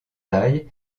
taille